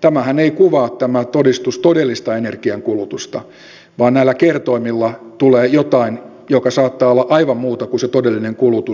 tämähän ei kuvaa tämä todistus todellista energiankulutusta vaan näillä kertoimilla tulee jotain joka saattaa olla aivan muuta kuin se todellinen kulutus